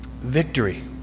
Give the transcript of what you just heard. Victory